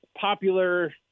popular